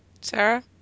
Sarah